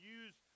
use